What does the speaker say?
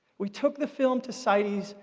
we took the film to cites,